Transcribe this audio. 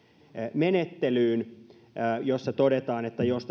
menettelyyn jossa todetaan että jos